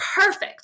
perfect